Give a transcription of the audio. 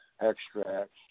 extracts